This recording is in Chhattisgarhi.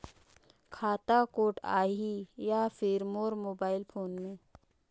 खाता कोड आही या फिर मोर मोबाइल फोन मे?